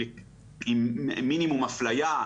עם מינימום אפליה,